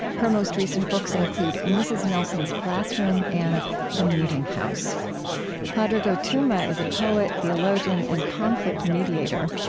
her most recent books include mrs. nelson's classroom and the meeting house padraig o tuama is a poet, theologian, and conflict mediator.